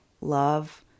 love